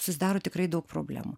susidaro tikrai daug problemų